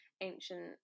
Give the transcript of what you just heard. ancient